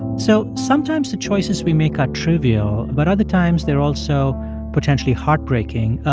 so sometimes, the choices we make are trivial, but other times, they're also potentially heartbreaking.